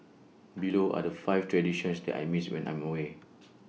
below are the five traditions that I miss when I'm away